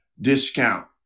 discount